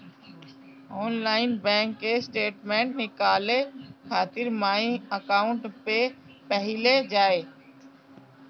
online bank statement निकाले खातिर my account पे पहिले जाए